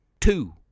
two